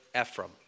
Ephraim